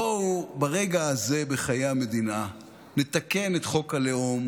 בואו ברגע הזה בחיי המדינה נתקן את חוק הלאום,